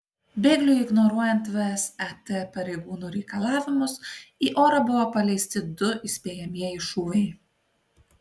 bėgliui ignoruojant vsat pareigūnų reikalavimus į orą buvo paleisti du įspėjamieji šūviai